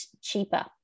cheaper